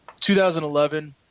2011